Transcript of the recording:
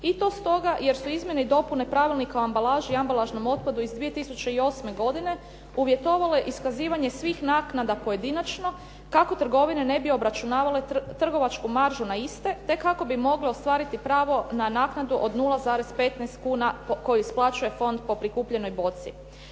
i to stoga jer su izmjene i dopune pravilnika o ambalaži i ambalažnom otpadu iz 2008. godine uvjetovale iskazivanje svih naknada pojedinačno kako trgovine ne bi obračunavale trgovačku maržu na iste te kako bi mogle ostvariti pravo na naknadu od 0,15 kuna koji isplaćuje fond po prikupljenoj boci.